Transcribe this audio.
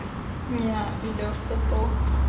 ya me love soto